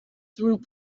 through